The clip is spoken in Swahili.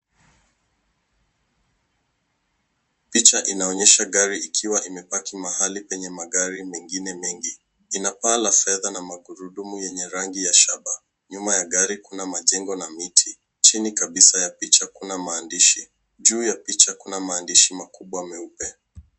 Picha inaonyesha gari ikiwa imepaki mahali penye magari mengine mengi. Inapaa la fedha na magurudumu yenye rangi ya shaba. Nyuma ya gari kuna majengo na miti. Chini kabisa ya picha kuna maandishi. Juu ya picha kuna maandishi makubwa meupe.